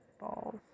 Balls